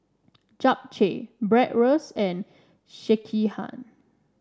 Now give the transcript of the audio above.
Japchae Bratwurst and Sekihan